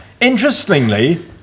Interestingly